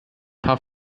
paar